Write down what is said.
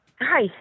Hi